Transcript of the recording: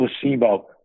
Placebo